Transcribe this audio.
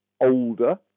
older